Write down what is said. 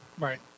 Right